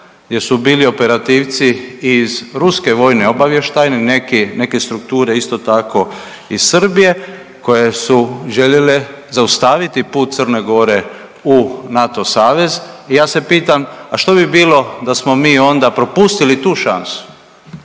gdje su bili operativci iz ruske vojne obavještajne, neki, neke strukture isto tako iz Srbije koje su želile zaustaviti put Crne Gore u NATO savez i ja se pitam, a što bi bilo da smo mi onda propustili tu šansu